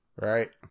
Right